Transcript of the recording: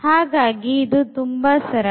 ಹಾಗಾಗಿ ಇದು ತುಂಬಾ ಸರಳ